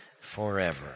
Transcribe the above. forever